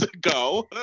Go